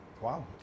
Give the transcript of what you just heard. Wow